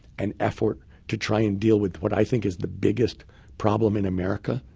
and effort to try and deal with what i think is the biggest problem in america,